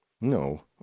No